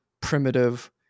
primitive